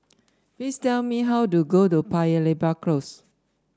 please tell me how to get to Paya Lebar Close